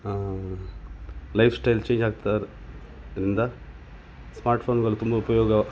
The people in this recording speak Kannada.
ಲೈಫ್ಸ್ಟೈಲ್ ಚೇಂಜ್ ಆಗ್ತಾರ್ ಇಂದ ಸ್ಮಾರ್ಟ್ಫೋನ್ಗಳು ತುಂಬ ಉಪಯೋಗ